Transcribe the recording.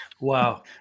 Wow